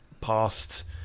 past